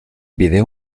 video